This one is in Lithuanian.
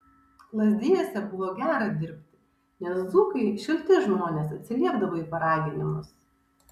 lazdijuose buvo gera dirbti nes dzūkai šilti žmonės atsiliepdavo į paraginimus